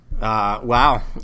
Wow